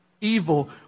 evil